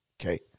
Okay